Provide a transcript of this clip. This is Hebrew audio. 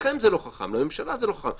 לכם זה לא חכם, לממשלה זה לא חכם.